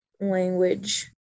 language